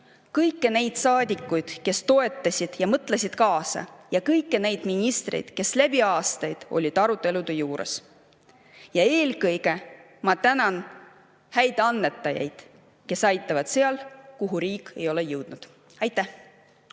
kõiki neid saadikuid, kes toetasid ja mõtlesid kaasa, ja kõiki neid ministreid, kes on läbi aastate olnud arutelude juures. Ja eelkõige ma tänan häid annetajaid, kes aitavad seal, kuhu riik ei ole jõudnud. Aitäh!